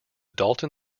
dalton